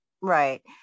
right